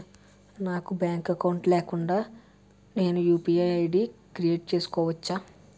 నాకు bank account లేకుండా నేను యు.పి.ఐ ఐ.డి క్రియేట్ చేసుకోవచ్చా?